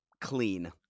clean